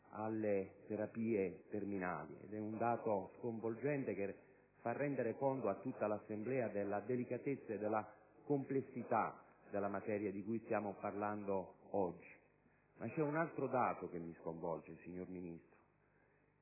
alle terapie terminali (è un dato, comunque, sconvolgente che fa rendere conto a tutta l'Assemblea della delicatezza e della complessità della materia di cui stiamo parlando oggi). C'è un altro dato che mi sconvolge, signor Ministro